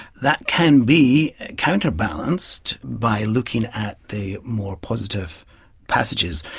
that can be counterbalanced by looking at the more positive passages.